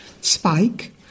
Spike